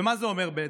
ומה זה אומר בעצם?